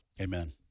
Amen